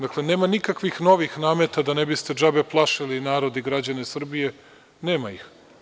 Dakle, nema nikakvih novih nameta da ne biste džabe plašili narod i građane Srbije, nema ih.